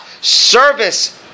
service